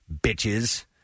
bitches